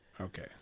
Okay